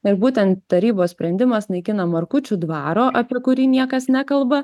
ir būtent tarybos sprendimas naikina markučių dvaro apie kurį niekas nekalba